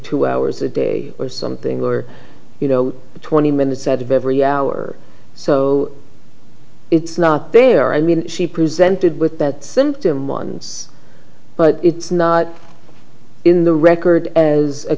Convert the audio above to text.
wo hours a day or something or you know twenty minutes out of every hour so it's not there i mean she presented with that symptom once but it's not in the record as a